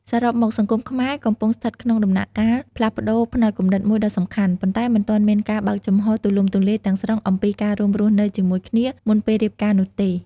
សរុបមក សង្គមខ្មែរកំពុងស្ថិតក្នុងដំណាក់កាលផ្លាស់ប្តូរផ្នត់គំនិតមួយដ៏សំខាន់ ប៉ុន្តែមិនទាន់មានការបើកចំហរទូលំទូលាយទាំងស្រុងអំពីការរួមរស់នៅជាមួយគ្នាមុនពេលរៀបការនោះទេ។